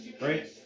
right